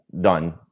done